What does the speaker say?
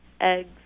eggs